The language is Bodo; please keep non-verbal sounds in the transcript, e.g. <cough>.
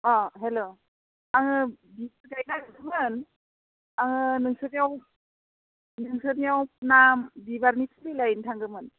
अ हेल' आङो <unintelligible> आङो नोंसोरनियाव नोंसोरनियाव नाम बिबारनि फुलि लायनो थांदोंमोन